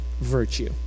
virtue